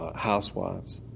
housewives,